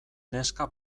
neska